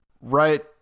right